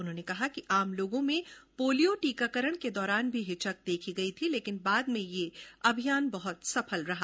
उन्होंने कहा कि आम लोगों में पोलियो टीकाकरण के दौरान भी हिचक देखी गई थी लेकिन बाद में यह अभियान बहत सफल रहा